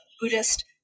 Buddhist